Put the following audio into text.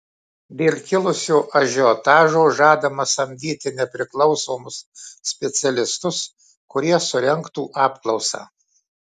dėl kilusio ažiotažo žadama samdyti nepriklausomus specialistus kurie surengtų apklausą